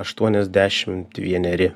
aštuoniasdešimt vieneri